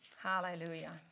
Hallelujah